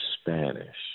Spanish